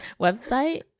website